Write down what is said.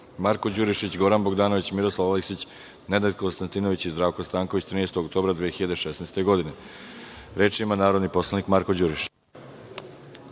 Marko Đurišić, Goran Bogdanović, Miroslav Aleksić, Nenad Konstantinović i Zdravko Stanković 13. oktobra 2016. godine. Reč ima narodni poslanik Marko Đurišić.